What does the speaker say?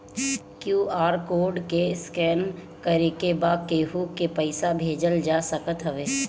QR code के scan करके बा केहू के पईसा भेजल जा सकत हवे